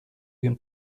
gün